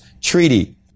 Treaty